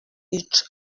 each